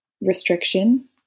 restriction